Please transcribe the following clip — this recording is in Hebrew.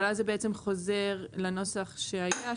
אבל אז זה בעצם חוזר לנוסח שהיה,